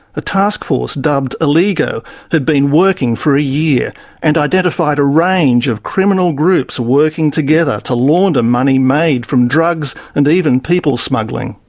a task force dubbed eligo had been working for a year and identified a range of criminal groups working together to launder money made from drugs and even people smuggling.